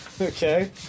Okay